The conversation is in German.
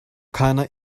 keiner